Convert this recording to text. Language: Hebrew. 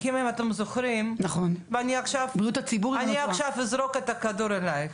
אני עכשיו אזרוק את הכדור אלייך,